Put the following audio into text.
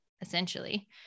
essentially